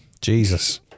Jesus